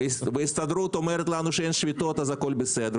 וההסתדרות אומרת לנו שאין שביתות אז הכול בסדר.